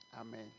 amen